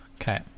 okay